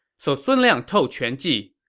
so sun liang told quan ji,